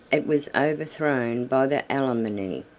it was overthrown by the alemanni.